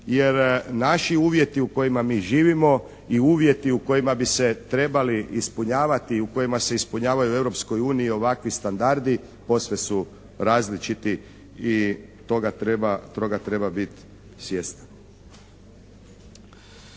Jer naši uvjetima u kojima mi živimo i uvjeti u kojima bi se trebali ispunjavati, u kojima se ispunjavaju u Europskoj uniji ovakvi standardi posve su različiti i toga treba biti svjestan.